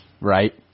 right